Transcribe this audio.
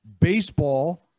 baseball